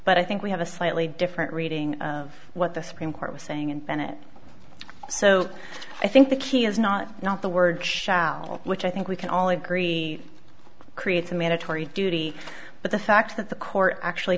but i think we have a slightly different reading of what the supreme court was saying and bennett so i think the key is not not the word shall which i think we can all agree creates a mandatory duty but the fact that the court actually